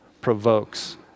provokes